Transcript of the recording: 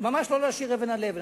ולא להשאיר אבן על אבן.